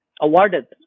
awarded